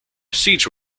siege